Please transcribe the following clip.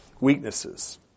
weaknesses